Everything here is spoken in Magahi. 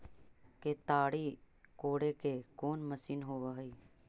केताड़ी कोड़े के कोन मशीन होब हइ?